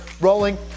rolling